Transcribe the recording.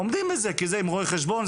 עומדים בזה כי זה עם רואה החשבון,